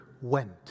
went